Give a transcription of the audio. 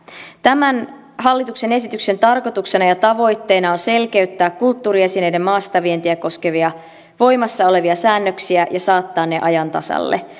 tämän hallituksen esityksen tarkoituksena ja tavoitteena on selkeyttää kulttuuriesineiden maastavientiä koskevia voimassa olevia säännöksiä ja saattaa ne ajan tasalle